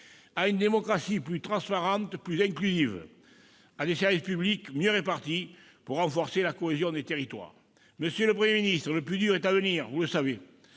à une démocratie plus transparente, plus inclusive ; à des services publics mieux répartis, pour renforcer la cohésion des territoires. Monsieur le Premier ministre, le plus dur est à venir, vous le savez